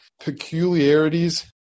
peculiarities